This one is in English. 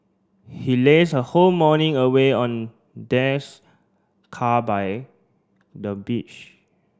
he lazed her whole morning away on car by the beach